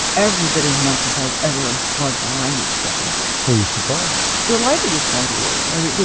every bit as much as i've ever loved my language studies. were you surprised? delighted is more of the word. i mean,